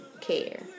care